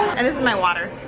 and this is my water.